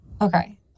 okay